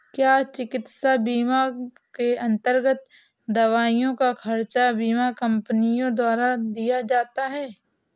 क्या चिकित्सा बीमा के अन्तर्गत दवाइयों का खर्च बीमा कंपनियों द्वारा दिया जाता है?